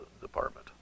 department